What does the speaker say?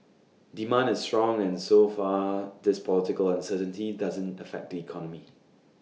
demand is strong and so far this political uncertainty doesn't affect the economy